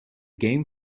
game